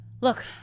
Look